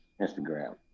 Instagram